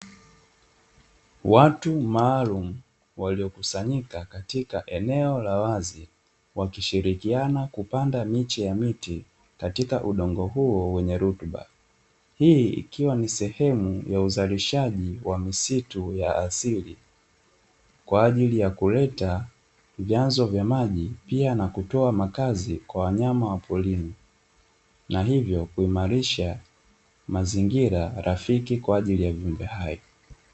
Watu maalumu waliokusanyika katika eneo la wazi, wakishirikiana kupanda miche ya miti katika udongo huo wenye rutuba, hii ikiwa ni sehemu ya uzalishaji wa misitu ya asili, kwa ajili ya kuleta vyanzo vya maji pia na kutoa makazi kwa wanyama wa porini, na hivyo kuimarisha mazingira rafiki kwa ajili ya viumbe hai.